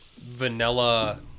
vanilla